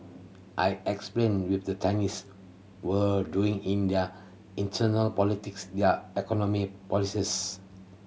I explained with the Chinese were doing in their internal politics their economic policies